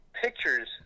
pictures